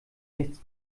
nichts